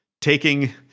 taking